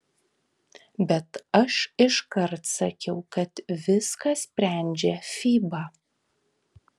bet aš iškart sakiau kad viską sprendžia fiba